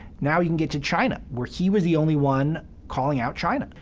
now he can get to china where he was the only one calling out china.